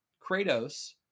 Kratos